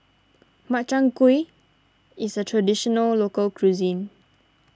Makchang Gui is a Traditional Local Cuisine